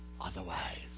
otherwise